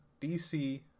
DC